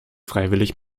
freiwillig